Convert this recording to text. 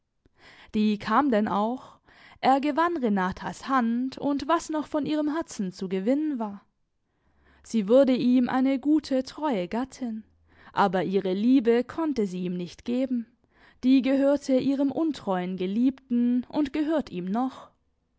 die kam denn auch er gewann renatas hand und was noch von ihrem herzen zu gewinnen war sie wurde ihm eine gute treue gattin aber ihre liebe konnte sie ihm nicht geben die gehörte ihrem untreuen geliebten und gehört ihm noch